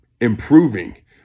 improving